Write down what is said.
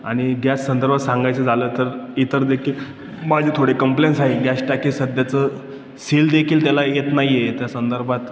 आणि गॅस संदर्भात सांगायचं झालं तर इतर देखील माझे थोडे कंप्लेन्स आहे गॅस टाकी सध्याचं सिल देखील त्याला येत नाही आहे त्या संदर्भात